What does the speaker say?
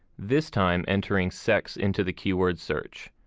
this time entering sex into the keyword search.